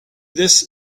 this